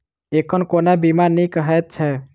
एखन कोना बीमा नीक हएत छै?